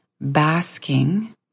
Basking